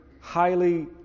highly